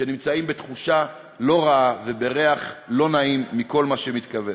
שנמצאים בתחושה רעה ובריח לא נעים מכל מה שקורה.